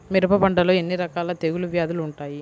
మిరప పంటలో ఎన్ని రకాల తెగులు వ్యాధులు వుంటాయి?